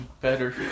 better